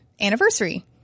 anniversary